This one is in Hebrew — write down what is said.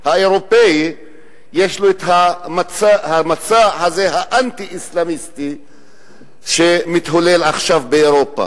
האירופי יש לו המצע הזה האנטי-אסלאמי שמתהולל עכשיו באירופה,